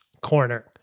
corner